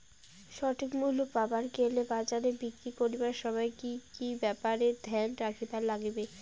সঠিক মূল্য পাবার গেলে বাজারে বিক্রি করিবার সময় কি কি ব্যাপার এ ধ্যান রাখিবার লাগবে?